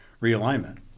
realignment